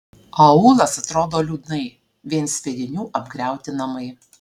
aūlas atrodo liūdnai vien sviedinių apgriauti namai